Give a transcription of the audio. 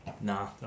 Nah